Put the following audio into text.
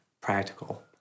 practical